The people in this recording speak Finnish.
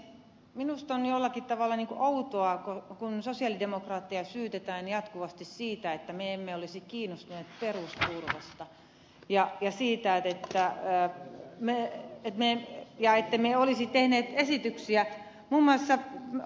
minusta on jollakin tavalla outoa kun sosialidemokraatteja syytetään jatkuvasti siitä että me emme olisi kiinnostunut perus ja siitä ei saa enää kiinnostuneita perusturvasta ja ettemme olisi tehneet esityksiä